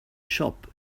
shop